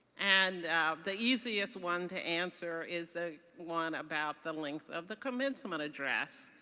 and the easiest one to answer is the one about the length of the commencement address.